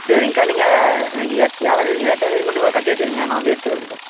சரிங்கக்கா நீங்கள் எனக்கு எ ஏழாம்தேதி இல்லை எட்டாம்தேதி மட்டும் கட்டி வச்சுருங்க நான் வந்து எடுத்துக்கிறேங்கக்கா